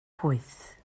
pwyth